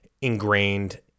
ingrained